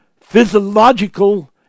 physiological